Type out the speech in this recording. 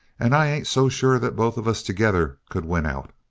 and i ain't so sure that both of us together could win out.